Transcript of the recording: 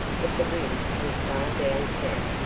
but the wind was far down south,